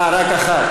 אה, רק אחת.